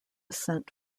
sent